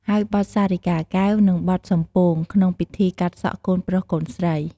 ហើយបទសារិកាកែវ និងបទសំពោង ក្នុងពិធីកាត់សក់កូនប្រុសកូនស្រី។